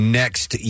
next